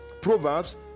proverbs